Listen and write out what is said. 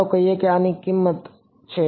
ચાલો કહીએ કે આની કેટલીક કિંમત છે